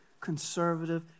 conservative